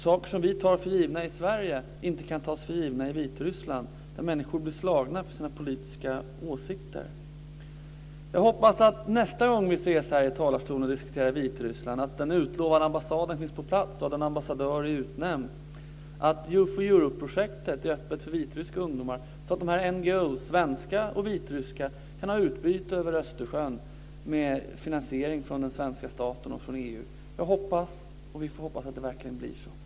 Saker som vi tar för givna i Sverige kan inte tas för givna i Vitryssland. Där blir människor slagna för sina politiska åsikter. Nästa gång som vi ses här i kammaren och diskuterar Vitryssland hoppas jag att den utlovade ambassaden finns på plats och att en ambassadör är utnämnd. Då hoppas jag att Youth for Europe-projektet är öppet för vitryska ungdomar, så att de svenska och vitryska NGO:erna kan ha utbyte över Östersjön med finansiering från den svenska staten och från EU. Vi får hoppas att det verkligen blir så.